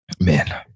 Man